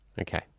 Okay